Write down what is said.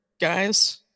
guys